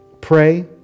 pray